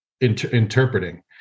interpreting